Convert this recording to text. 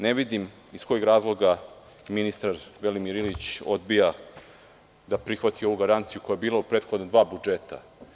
Ne vidim iz kog razloga ministar Velimir Ilić odbija da prihvati ovu garanciju koja je bila u prethodna dva budžeta.